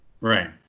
Right